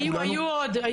היו עוד.